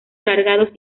alargados